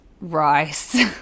rice